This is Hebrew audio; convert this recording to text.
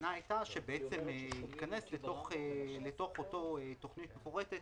וההבנה הייתה שייכנס לתוך אותה תוכנית מפורטת